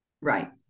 Right